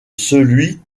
celui